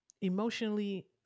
emotionally